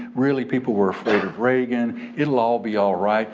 really people were afraid of reagan. it'll all be alright.